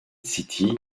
city